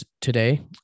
today